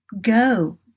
go